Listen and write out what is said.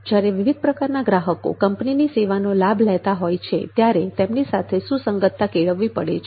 જ્યારે વિવિધ પ્રકારના ગ્રાહકો કંપનીની સેવાનો લાભ લેતા હોય છે ત્યારે તેમની સાથે સુસંગતતા કેળવવી પડે છે